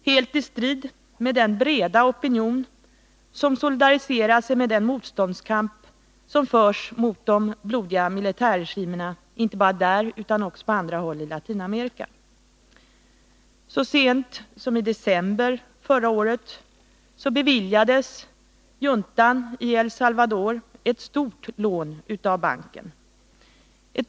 Det sker också i strid med den breda opinion som solidariserar sig med den motståndskamp som förs mot de blodiga militärregimerna inte bara där utan också på andra håll i Latinamerika. Så sent som i december förra året beviljades juntan i El Salvador ett stort lån av banken.